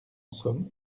somme